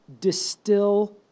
distill